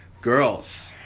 Girls